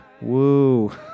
Woo